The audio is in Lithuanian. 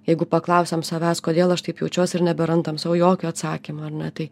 jeigu paklausiam savęs kodėl aš taip jaučiuos ir neberandam sau jokio atsakymo ar ne tai